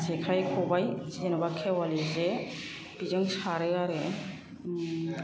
जेखाइ खबाय जेन'बा खेवालि जे बेजों सारो आरो